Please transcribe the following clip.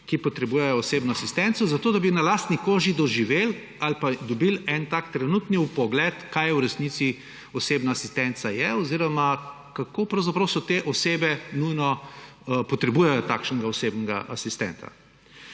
ki potrebujejo osebno asistenco, zato da bi na lastni koži doživeli ali pa dobili en tak trenutni vpogled, kaj v resnici osebna asistenca je oziroma kako pravzaprav te osebe nujno potrebujejo takšnega osebnega asistenta.